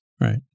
right